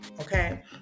okay